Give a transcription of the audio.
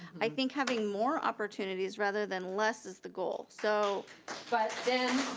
i think having more opportunities, rather than less is the goal. so but then.